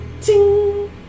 Ting